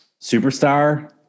superstar